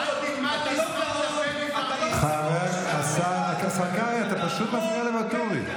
השר קרעי, אתה מפריע עכשיו לוואטורי.